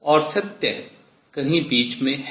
और सत्य कहीं बीच में है